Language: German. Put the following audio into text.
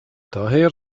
daher